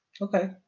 Okay